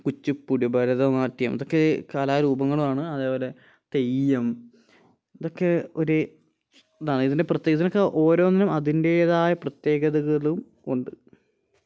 കുച്ചിപ്പുടി ഭരതനാട്യം ഇതൊക്കെ കലാരൂപങ്ങളാണ് അതേപോലെ തെയ്യം ഇതൊക്കെ ഒരു ഇതാണ് ഇതിൻ്റെ പ്രത്യേകത് ഇതിനൊക്കെ ഓരോന്നിനും അതിൻ്റേതായ പ്രത്യേകതകളും ഉണ്ട്